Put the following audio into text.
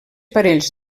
parells